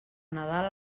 nadal